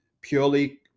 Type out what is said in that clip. purely